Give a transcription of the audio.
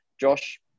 Josh